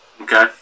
Okay